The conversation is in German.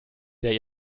der